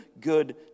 good